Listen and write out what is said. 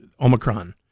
Omicron